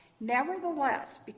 Nevertheless